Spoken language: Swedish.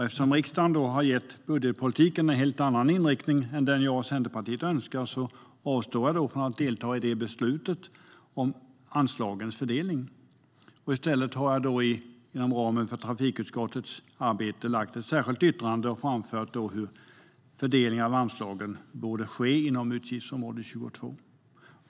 Eftersom riksdagen har gett budgetpolitiken en helt annan inriktning än den jag och Centerpartiet önskar avstår jag från att delta i beslutet om anslagens fördelning. I stället har jag inom ramen för trafikutskottets arbete i ett särskilt yttrande framfört hur fördelningen av anslagen borde ske inom utgiftsområde 22.